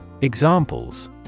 Examples